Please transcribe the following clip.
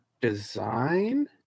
design